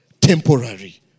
temporary